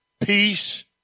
peace